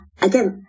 again